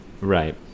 Right